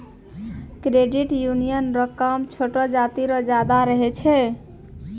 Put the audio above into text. credit union रो काम छोटो जाति रो ज्यादा रहै छै